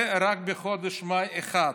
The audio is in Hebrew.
זה רק בחודש מאי אחד.